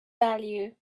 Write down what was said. value